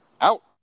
Out